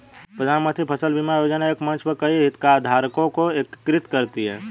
प्रधानमंत्री फसल बीमा योजना एक मंच पर कई हितधारकों को एकीकृत करती है